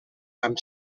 amb